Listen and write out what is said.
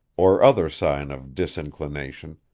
or other sign of disinclination,